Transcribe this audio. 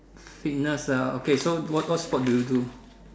fitness ah okay so what what sport do you do